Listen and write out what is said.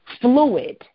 fluid